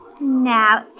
Now